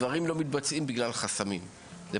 לא ניצלתם אותו, האשמה היא עליכם.